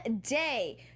Day